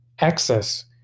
access